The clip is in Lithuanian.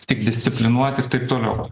tik disciplinuot ir taip toliau